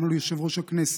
גם על יושב-ראש הכנסת,